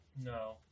No